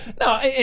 No